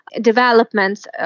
developments